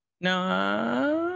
No